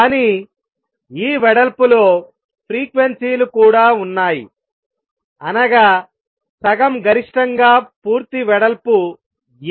కానీ ఈ వెడల్పులో ఫ్రీక్వెన్సీ లు కూడా ఉన్నాయిఅనగా సగం గరిష్టంగా పూర్తి వెడల్పు A